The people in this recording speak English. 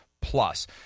Plus